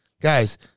Guys